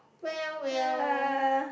well well